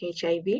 HIV